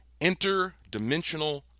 Interdimensional